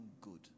good